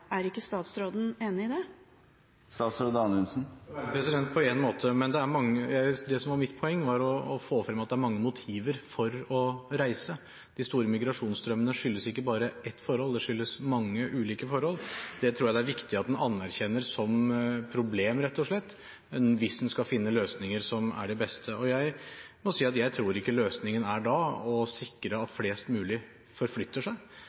Er ikke statsråden enig i det? På en måte. Men det som var mitt poeng, var å få fram at det er mange motiver for å reise. De store migrasjonsstrømmene skyldes ikke bare ett forhold; de skyldes mange ulike forhold. Det tror jeg det er viktig at man anerkjenner som problem rett og slett, hvis man skal finne de beste løsningene. Jeg tror ikke løsningen da er å sikre at flest mulig forflytter seg.